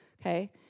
okay